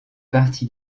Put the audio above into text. parti